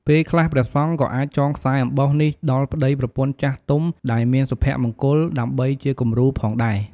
ពេលខ្លះ ព្រះសង្ឃក៏អាចចងខ្សែអំបោះនេះដល់ប្ដីប្រពន្ធចាស់ទុំដែលមានសុភមង្គលដើម្បីជាគំរូផងដែរ។